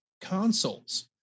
consoles